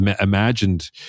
imagined